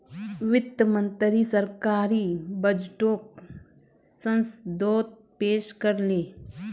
वित्त मंत्री सरकारी बजटोक संसदोत पेश कर ले